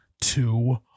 two